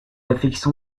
affection